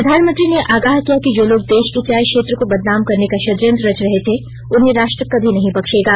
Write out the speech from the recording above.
प्रधानमंत्री ने आगाह किया कि जो लोग देश के चाय क्षेत्र को बदनाम करने का षडयंत्र रच रहे थे उन्हें राष्ट्र कभी नहीं बख्शेगा